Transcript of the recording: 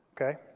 okay